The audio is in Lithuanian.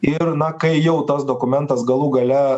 ir na kai jau tas dokumentas galų gale